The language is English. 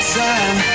time